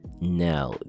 Now